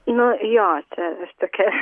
nu jo čia aš tokia